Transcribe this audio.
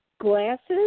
glasses